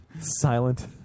Silent